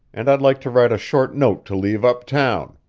and i'd like to write a short note to leave uptown.